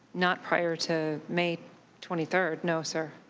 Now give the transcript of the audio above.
not prior to may twenty three, no sir.